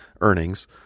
earnings